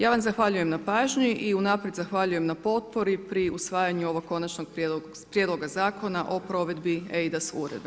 Ja vam zahvaljujem na pažnji i unaprijed zahvaljujem na potpori pri usvajanju ovog Konačnog prijedloga Zakona o provedbi eIDAS Uredbe.